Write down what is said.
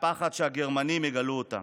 מהפחד שהגרמנים יגלו אותה.